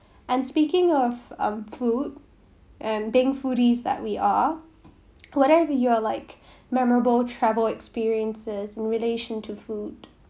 and speaking of um food and being foodies that we are what are your like memorable travel experiences in relation to food